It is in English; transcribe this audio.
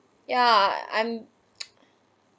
yeah I'm